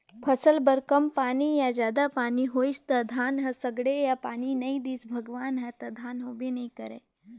फसल बर कम पानी या जादा पानी होइस त धान ह सड़गे या पानी नइ दिस भगवान ह त धान होबे नइ करय